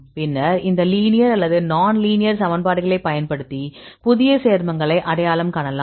பின்னர் இந்த லீனியர் அல்லது நான்லீனியர் சமன்பாடுகளை பயன்படுத்தி புதிய சேர்மங்களை அடையாளம் காணலாம்